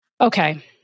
Okay